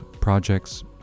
projects